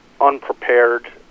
unprepared